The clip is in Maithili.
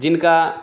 जिनका